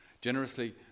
Generously